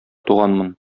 туганмын